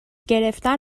گرفتن